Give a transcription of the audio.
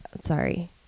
Sorry